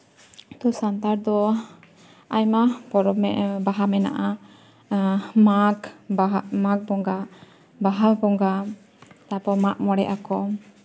ᱛᱳ ᱥᱟᱱᱛᱟᱲ ᱫᱚ ᱟᱭᱢᱟ ᱯᱚᱨᱚᱵᱽ ᱜᱮ ᱵᱟᱦᱟ ᱢᱮᱱᱟᱜᱼᱟ ᱢᱟᱜᱽ ᱵᱟᱦᱟ ᱢᱟᱜᱽ ᱵᱚᱸᱜᱟ ᱵᱟᱦᱟ ᱵᱚᱸᱜᱟ ᱛᱟᱨᱯᱚᱨᱮ ᱢᱟᱜ ᱢᱚᱬᱮ ᱟᱠᱚ